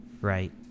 right